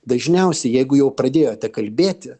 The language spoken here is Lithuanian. dažniausiai jeigu jau pradėjote kalbėti